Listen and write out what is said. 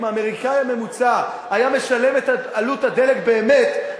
אם האמריקני הממוצע היה משלם את עלות הדלק באמת,